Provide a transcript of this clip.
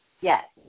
Yes